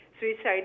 Suicide